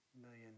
million